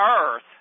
Earth